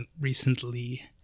recently